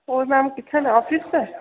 होर मैम कुत्थें न आफिस च ऐ